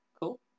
cool